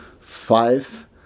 five